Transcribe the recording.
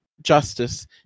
justice